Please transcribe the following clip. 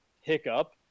hiccup